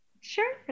Sure